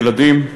ילדים,